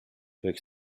võiks